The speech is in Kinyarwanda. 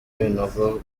ibinogo